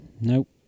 Nope